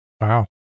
Wow